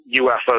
UFO